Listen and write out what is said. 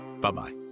Bye-bye